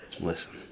Listen